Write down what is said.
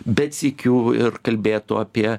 bet sykiu ir kalbėtų apie